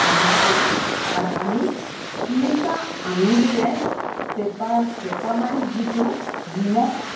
ঠাণ্ডা কৰি তাত আমি তিনিটা আঙুলিৰে চেপা চেপা মাৰি যিটো নিমখ